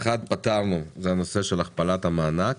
אחת, פתרנו, זה הנושא של הכפלת המענק.